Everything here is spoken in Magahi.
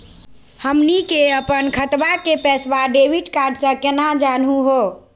हमनी के अपन खतवा के पैसवा डेबिट कार्ड से केना जानहु हो?